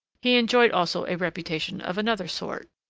he enjoyed also a reputation of another sort.